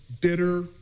bitter